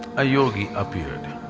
a yogi appeared.